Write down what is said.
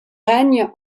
règne